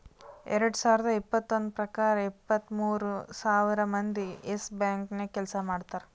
ಎರಡು ಸಾವಿರದ್ ಇಪ್ಪತ್ತೊಂದು ಪ್ರಕಾರ ಇಪ್ಪತ್ತು ಮೂರ್ ಸಾವಿರ್ ಮಂದಿ ಯೆಸ್ ಬ್ಯಾಂಕ್ ನಾಗ್ ಕೆಲ್ಸಾ ಮಾಡ್ತಾರ್